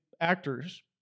actors